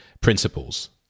principles